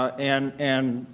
and and